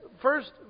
first